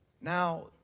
Now